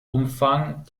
umfang